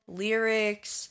lyrics